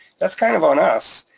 that's kind of on us,